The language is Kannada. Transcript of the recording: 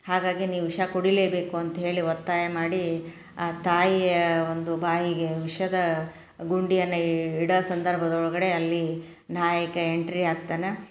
ಹಾಗಾಗಿ ನೀನು ವಿಷ ಕುಡಿಯಲೇಬೇಕು ಅಂತೇಳಿ ಒತ್ತಾಯ ಮಾಡಿ ಆ ತಾಯಿಯ ಒಂದು ಬಾಯಿಗೆ ವಿಷದ ಗುಂಡಿಯನ್ನು ಇಡೋ ಸಂದರ್ಭದೊಳಗಡೆ ಅಲ್ಲಿ ನಾಯಕ ಎಂಟ್ರಿ ಆಗ್ತಾನೆ